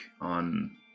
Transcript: on